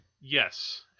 Yes